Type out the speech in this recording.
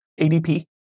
ADP